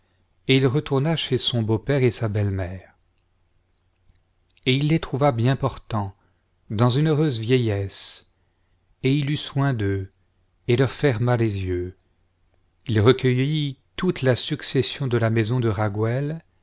et il retourna chez son beaupère et sa belle-mère et il les trouva bien portants dans une heureuse vieillesse et il eut soin d'eux et leur ferma les yeux il recueillit toute la succession de la maison de raguël